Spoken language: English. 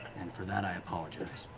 and for that, i apologize.